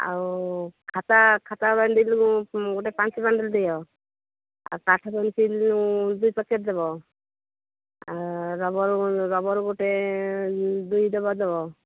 ଆଉ ଖାତା ଖାତା ବଣ୍ଡଲ୍ ଗୋଟେ ପାଞ୍ଚ ବଣ୍ଡଲ୍ ଦିଅ ଆଉ କାଠ ପେନ୍ସିଲ୍ ଦୁଇ ପ୍ୟାକେଟ୍ ଦେବ ରବର ରବର ଗୋଟେ ଦୁଇ ଡବା ଦେବ